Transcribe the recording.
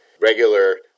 regular